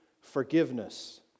forgiveness